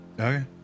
okay